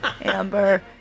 Amber